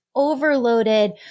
overloaded